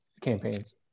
campaigns